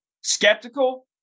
Skeptical